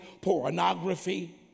pornography